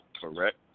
correct